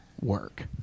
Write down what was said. work